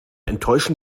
enttäuschen